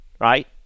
Right